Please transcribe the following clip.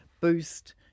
boost